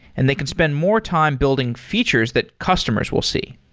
and they can spend more time building features that customers will see.